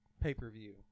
pay-per-view